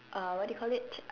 uh what do you call it ch~